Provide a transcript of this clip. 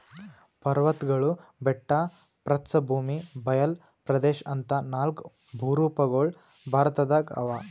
ಪರ್ವತ್ಗಳು ಬೆಟ್ಟ ಪ್ರಸ್ಥಭೂಮಿ ಬಯಲ್ ಪ್ರದೇಶ್ ಅಂತಾ ನಾಲ್ಕ್ ಭೂರೂಪಗೊಳ್ ಭಾರತದಾಗ್ ಅವಾ